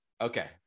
Okay